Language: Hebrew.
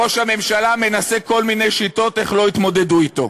ראש הממשלה מנסה כל מיני שיטות איך לא יתמודדו אתו.